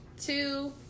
Two